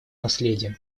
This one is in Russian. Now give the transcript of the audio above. наследием